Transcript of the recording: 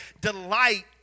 delight